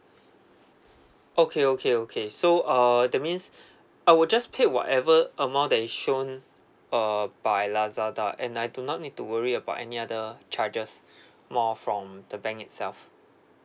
okay okay okay so err that means I will just pay whatever amount that is shown uh by lazada and I do not need to worry about any other charges more from the bank itself